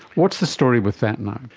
what's the story with that now?